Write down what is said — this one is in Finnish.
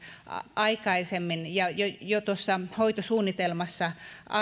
aikaisemmat ja jo tuossa hoitosuunnitelmassa